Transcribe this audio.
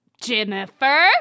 Jennifer